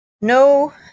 no